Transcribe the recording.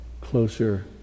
closer